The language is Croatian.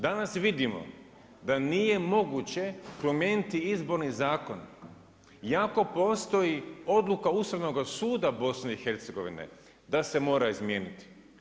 Danas vidimo da nije moguće promijeniti izborni zakon iako postoji odluka Ustavnoga suda BIH da se mora izmijeniti.